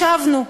ישבנו,